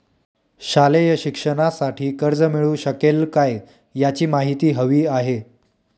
शालेय शिक्षणासाठी कर्ज मिळू शकेल काय? याची माहिती हवी आहे